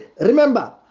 Remember